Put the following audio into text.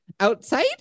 Outside